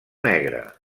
negre